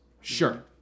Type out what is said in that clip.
sure